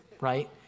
right